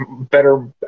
better